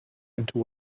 into